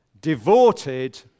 devoted